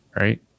Right